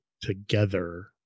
together